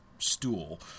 Stool